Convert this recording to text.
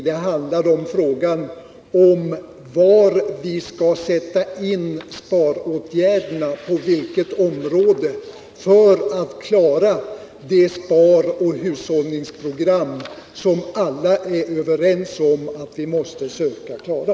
Det gäller på vilket område vi skall sätta in sparåtgärderna för att klara de sparoch hushållningsprogram som de flesta är överens om att vi måste söka klara.